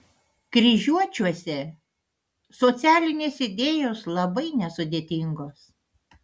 kryžiuočiuose socialinės idėjos labai nesudėtingos